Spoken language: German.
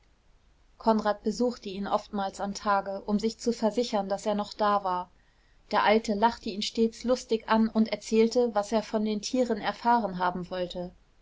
konrad besuchte ihn oftmals am tage um sich zu versichern daß er noch da war der alte lachte ihn stets lustig an und erzählte was er von den tieren er fahren haben wollte